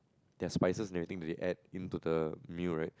their spices and everything they add into the meal right